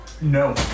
No